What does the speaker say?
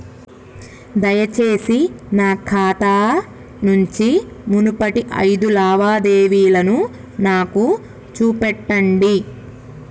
దయచేసి నా ఖాతా నుంచి మునుపటి ఐదు లావాదేవీలను నాకు చూపెట్టండి